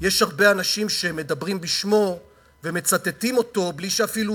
יש הרבה אנשים שמדברים בשמו ומצטטים אותו בלי שאפילו